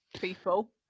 people